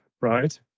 right